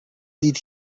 did